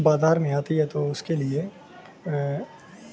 بازار میں آتی ہے تو اس کے لیے